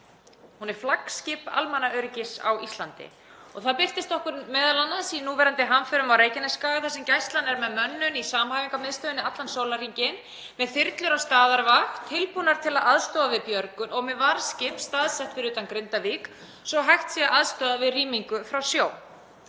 Hún er flaggskip almannaöryggis á Íslandi og það birtist okkur m.a. í núverandi hamförum á Reykjanesskaga þar sem Gæslan er með mönnun í samhæfingarmiðstöðinni allan sólarhringinn, með þyrlur á staðarvakt, tilbúnar til að aðstoða við björgun, og með varðskip staðsett fyrir utan Grindavík svo hægt sé að aðstoða við rýmingu frá sjó.